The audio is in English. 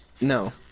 no